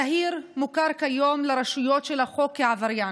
זהיר מוכר כיום לרשויות החוק כעבריין.